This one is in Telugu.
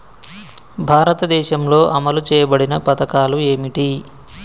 భారతదేశంలో అమలు చేయబడిన పథకాలు ఏమిటి?